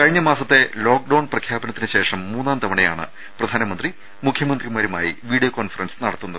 കഴിഞ്ഞമാസത്തെ lockdown പ്രഖ്യാപനത്തിന് ശേഷം മൂന്നാംതവണയാണ് പ്രധാനമന്ത്രി മുഖ്യമന്ത്രിമാരുമായി വീഡിയോ കോൺഫറൻസ് നടത്തുന്നത്